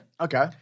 Okay